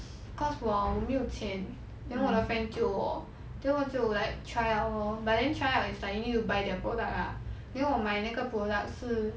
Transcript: cause 我我没有钱 then 我的 friend 借我 then 我就 like try out lor but then try out it's like you need to buy their product lah then 我买那个 product 是